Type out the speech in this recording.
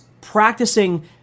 practicing